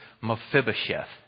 Mephibosheth